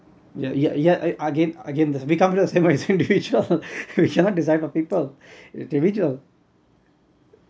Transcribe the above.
yeah yeah yeah again again this become the same individual we cannot decide for people individual